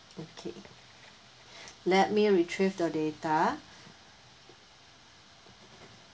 okay let me retrieve the data